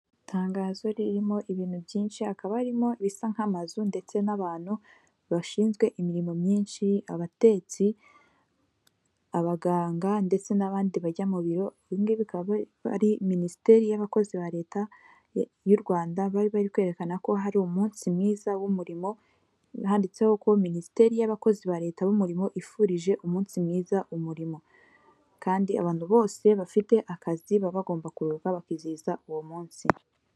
Itangazo ririmo ibintu byinshi akaba arimo bisa nk'amazu ndetse n'abantu bashinzwe imirimo myinshi abatetsi, abaganga ndetse n'abandi bajya mu biro bimweba ari minisiteri y'abakozi ba leta yu rwanda bari bari kwerekana ko hari umunsi mwiza w'umurimo handitseho ko minisiteri y'abakozi ba leta b'umurimo yifurije umunsi mwiza umurimo kandi abantu bose bafite akazi baba bagomba kuhuga bakizihiza uwo munsi.